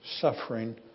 suffering